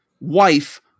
wife